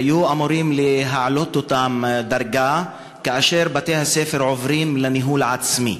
היו אמורים להעלות אותן דרגה כאשר בתי-הספר עוברים לניהול העצמי.